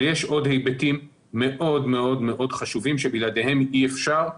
אבל יש עוד היבטים מאוד מאוד חשובים שבלעדיהם אי-אפשר,